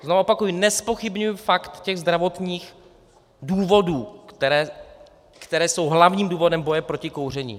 Znovu opakuji, nezpochybňuji fakt těch zdravotních důvodů, které jsou hlavním důvodem boje proti kouření.